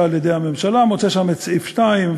על-ידי הממשלה מוצא שם את סעיף 2,